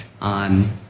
on